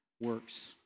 works